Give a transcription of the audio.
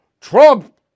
Trump